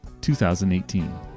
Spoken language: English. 2018